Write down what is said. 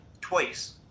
twice